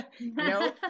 no